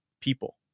people